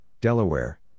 Delaware